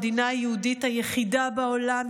המדינה היהודית היחידה בעולם,